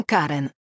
Karen